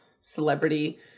celebrity